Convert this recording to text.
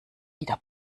wieder